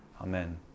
amen